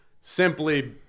simply